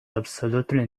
absolutely